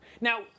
Now